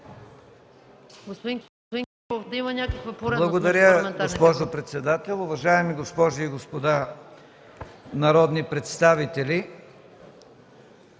Уважаема госпожо председател, уважаеми дами и господа народни представители,